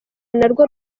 narwo